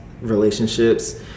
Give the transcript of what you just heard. relationships